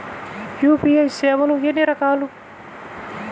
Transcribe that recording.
UPI సేవలు ఎన్నిరకాలు?